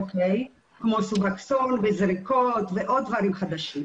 אוקי, כמו זריקות ועוד דברים חדשים.